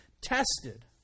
tested